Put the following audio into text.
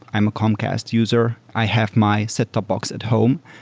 i'm a comcast user, i have my set-top box at home.